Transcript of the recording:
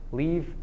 leave